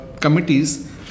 committees